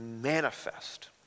manifest